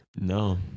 No